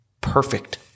perfect